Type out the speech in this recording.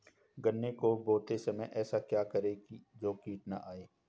गन्ने को बोते समय ऐसा क्या करें जो कीट न आयें?